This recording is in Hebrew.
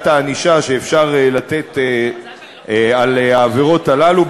הענישה שאפשר לתת על העבירות הללו,